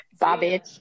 Bobby